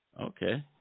Okay